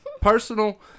personal